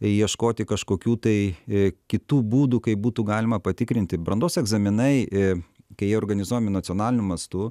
ieškoti kažkokių tai i kitų būdų kaip būtų galima patikrinti brandos egzaminai i kai jie organizuojami nacionaliniu mastu